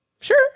sure